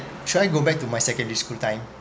should I go back to my secondary school time